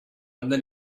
then